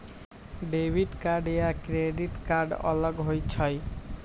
Debit card या credit card अलग होईछ ई?